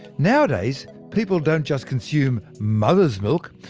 nowadays people don't just consume mother's milk,